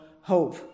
hope